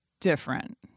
different